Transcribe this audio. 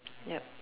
yup